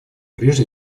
прежде